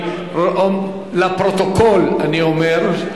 לפרוטוקול אני אומר,